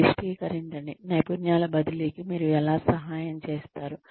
గరిష్టీకరించండి నైపుణ్యాల బదిలీకి మీరు ఎలా సహాయం చేస్తారు